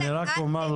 אני לא מתנצלת.